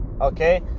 okay